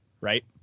right